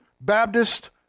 Baptist